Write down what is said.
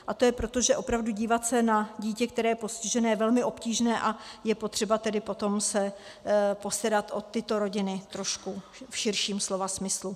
A to je proto, že opravdu dívat se na dítě, které je postižené, je velmi obtížné, a je potřeba tedy potom se postarat o tyto rodiny trošku v širším slova smyslu.